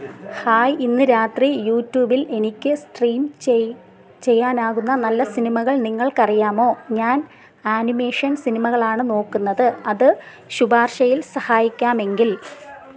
hi ഇന്ന് രാത്രി യൂട്യൂബിൽ എനിക്ക് സ്ട്രീം ചെയ്യാനാകുന്ന നല്ല സിനിമകൾ നിങ്ങൾക്കറിയാമോ ഞാൻ ആനിമേഷൻ സിനിമകളാണ് നോക്കുന്നത് അത് ശുപാർശയിൽ സഹായിക്കാമെങ്കിൽ